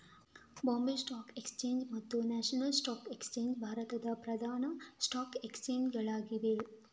Bombay stock exchange ಮತ್ತು national stock exchange ಭಾರತದ ಪ್ರಧಾನ ಸ್ಟಾಕ್ ಎಕ್ಸ್ಚೇಂಜ್ ಗಳು ಆಗಿವೆ